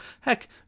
Heck